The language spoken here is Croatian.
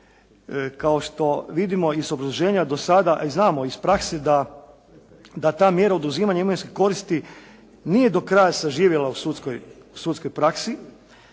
kao što vidimo iz obrazloženja do sada, a znamo iz prakse da ta mjere oduzimanja imaju koristi, nije do kraja saživjela u sudskoj praski